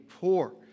poor